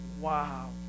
Wow